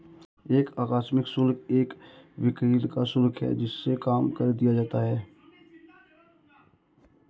एक आकस्मिक शुल्क एक वकील का शुल्क है जिसे कम कर दिया जाता है